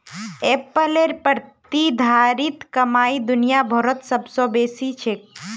एप्पलेर प्रतिधारित कमाई दुनिया भरत सबस बेसी छेक